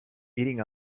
eating